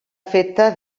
feta